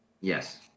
yes